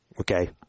Okay